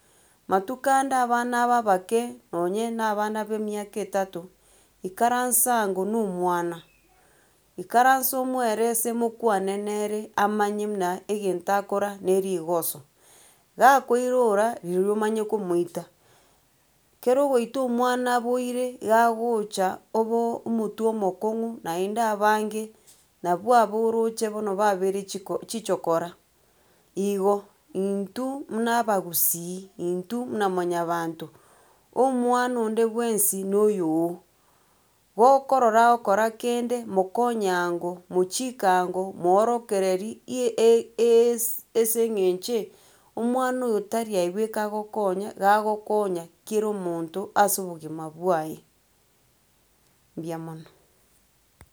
Matuko ande abana aba abake nonye na abana ba emiaka etato, ikaransa ango na omwana ikaransa omeerese mokwane nere amanye muna egento akora na erigoso. Gakoirora ririri omanye komoita kero ogoita omwana bwoire iga agocha obo omotwe omokong'u naende abange nabu abu oroche bono babeire chiko chichokora. Igo, intwe buna abagusii, intwe muna mwayabanto, omwana onde bwensi na oyogo gokorora agokora kende mokonye ango mochike ango moorokereri i- e- eeesi ase eng'enche, omwana oyo tari aye bweka agokonya iga agokonya kero omonto ase obogima bwaye, mbuya mono.